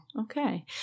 Okay